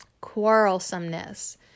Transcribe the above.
quarrelsomeness